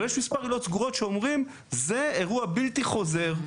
ויש מספר עילות סגורות שאומרים זה אירוע בלתי חוזר,